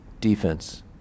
defense